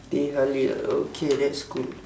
teh halia okay that's cool